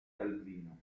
calvino